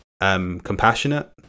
Compassionate